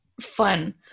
fun